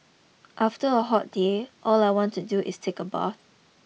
after a hot day all I want to do is take a bath